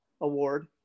Award